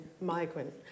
migrant